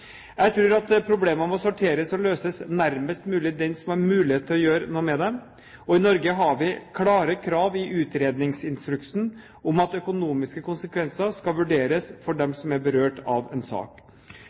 Jeg tror at problemene må sorteres og løses nærmest mulig den som har mulighet til å gjøre noe med dem. I Norge har vi klare krav i utredningsinstruksen om at økonomiske konsekvenser skal vurderes for dem